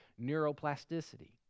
neuroplasticity